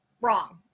wrong